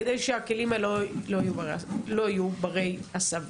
כדי שהכלים האלה לא יהיו ברי הסבה.